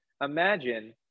Imagine